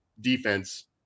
defense